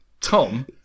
Tom